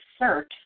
insert